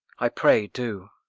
i pray, do.